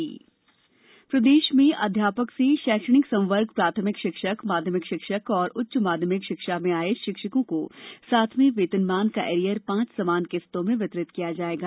शिक्षक एरियर प्रदेश में अध्यापक से शैक्षणिक संवर्ग प्राथमिक शिक्षक माध्यमिक शिक्षक और उच्च माध्यमिक शिक्षा में आए शिक्षकों को सातवें वेतनमान का एरियर पांच समान किस्तों में वितरित किया जाएगा